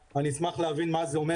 אשמח להבין מה זה אומר,